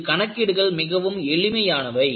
இதில் கணக்கீடுகள் மிகவும் எளிமையானவை